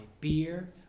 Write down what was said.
beer